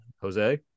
Jose